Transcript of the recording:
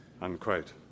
unquote